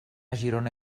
girona